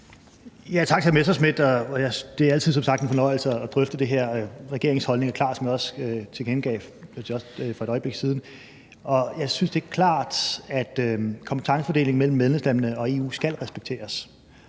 Messerschmidt. Det er som sagt altid en fornøjelse at drøfte det her. Regeringens holdning er klar, som jeg også tilkendegav for et øjeblik siden. Jeg synes, det er klart, at kompetencefordelingen mellem medlemslandene og EU skal respekteres.